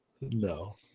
No